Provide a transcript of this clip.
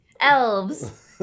Elves